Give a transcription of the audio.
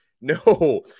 No